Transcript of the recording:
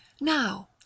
now